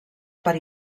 per